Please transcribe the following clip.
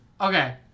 Okay